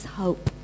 hope